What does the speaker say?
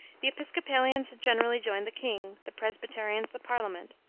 the episcopalians generally joined the king, the presbyterians the parliament.